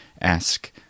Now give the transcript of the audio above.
ask